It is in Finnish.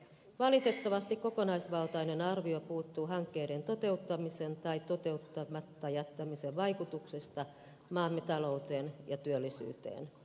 valitettavasti kokonaisvaltainen arvio puuttuu hankkeiden toteuttamisen tai toteuttamatta jättämisen vaikutuksista maamme talouteen ja työllisyyteen